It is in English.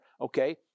Okay